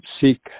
seek